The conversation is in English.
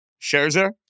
Scherzer